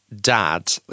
dad